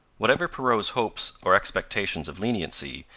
whatever perrot's hopes or expectations of leniency,